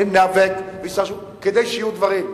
ניאבק כדי שיהיו דברים.